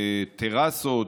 טרסות,